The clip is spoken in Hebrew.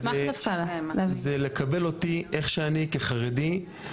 זה לקבל אותי איך שאני כחרדי.